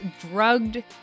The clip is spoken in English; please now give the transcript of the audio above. drugged